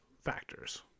factors